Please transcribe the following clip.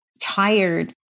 tired